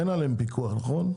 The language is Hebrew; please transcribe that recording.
אין עליהם פיקוח, נכון?